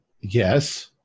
yes